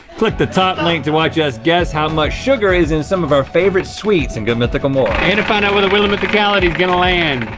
click the top link to watch us guess how much sugar is in some of our favorite sweets in good mythical morning. and to find out where the wheel of mythicality is gonna land.